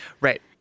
Right